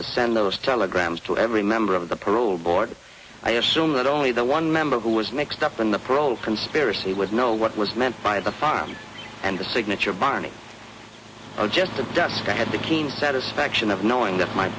to send those telegrams to every member of the parole board i assume that only the one member who was mixed up in the parole conspiracy would know what was meant by the farm and the signature barney just the desk i had the team satisfaction of knowing that my